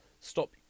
stop